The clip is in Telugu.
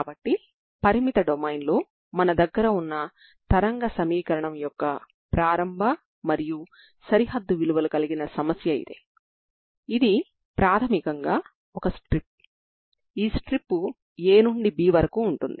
కాబట్టి L పొడవు కలిగిన స్ట్రింగ్ యొక్క ఒక చివర 0 వద్ద మరియు రెండవ చివర L వద్ద ఉంటుంది